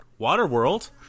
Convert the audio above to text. Waterworld